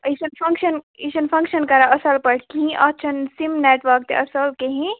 یہِ چھُنہٕ فنٛکشن یہِ چھُنہٕ فنٛکشن کَران اصٕل پٲٹھۍ کِہیٖنۍ اَتھ چھَنہٕ سِم نیٚٹؤرک تہِ اصٕل کِہیٖنۍ